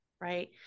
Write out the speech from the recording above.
right